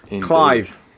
Clive